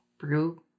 brew